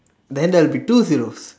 then there will be two zero